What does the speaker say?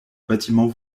bâtiment